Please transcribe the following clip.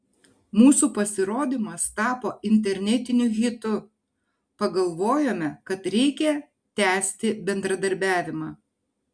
mūsų pasirodymas tapo internetiniu hitu pagalvojome kad reikia tęsti bendradarbiavimą